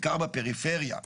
בעיקר בפריפריה,